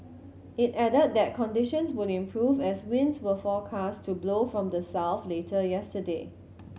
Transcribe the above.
it added that conditions would improve as winds were forecast to blow from the south later yesterday